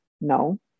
No